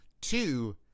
two